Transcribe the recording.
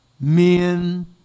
men